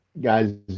guys